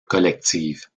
collective